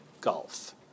gulf